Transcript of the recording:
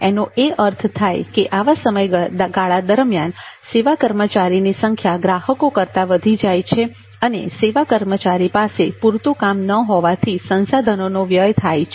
એનો એ અર્થ થાય કે આવા સમયગાળા દરમિયાન સેવા કર્મચારીની સંખ્યા ગ્રાહકો કરતાં વધી જાય છે અને સેવા કર્મચારી પાસે પૂરતુ કામ ન હોવાથી સંસાધનોનો વ્યય થાય છે